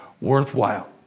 worthwhile